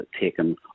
taken